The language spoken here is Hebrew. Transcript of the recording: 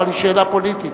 אבל היא שאלה פוליטית,